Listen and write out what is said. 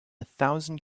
thousand